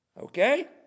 Okay